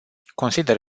consider